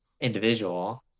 individual